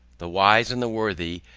the wise, and the worthy,